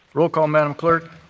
roll call, madam clerk.